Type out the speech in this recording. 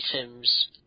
items